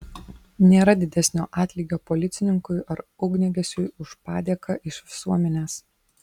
nėra didesnio atlygio policininkui ar ugniagesiui už padėką iš visuomenės